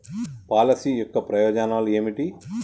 Policy యొక్క ప్రయోజనాలు ఏమిటి?